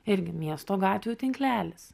irgi miesto gatvių tinklelis